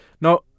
Now